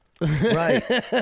Right